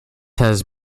has